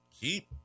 Keep